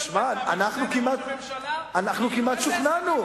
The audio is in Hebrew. תשמע, אנחנו כמעט שוכנענו.